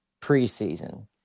preseason